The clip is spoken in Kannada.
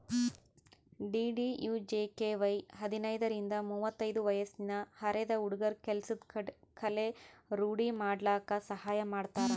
ಡಿ.ಡಿ.ಯು.ಜಿ.ಕೆ.ವೈ ಹದಿನೈದರಿಂದ ಮುವತ್ತೈದು ವಯ್ಸಿನ ಅರೆದ ಹುಡ್ಗುರ ಕೆಲ್ಸದ್ ಕಲೆ ರೂಡಿ ಮಾಡ್ಕಲಕ್ ಸಹಾಯ ಮಾಡ್ತಾರ